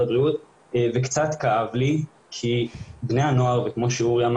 הבריאות וקצת כאב לי כי בני הנוער כמו שאורי אמר